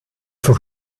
for